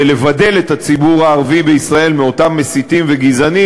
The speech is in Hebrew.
זה לבדל את הציבור הערבי בישראל מאותם מסיתים וגזענים,